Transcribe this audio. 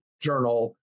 journal